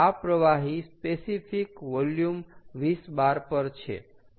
આ પ્રવાહી specific volume 20 bar પર છે